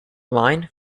line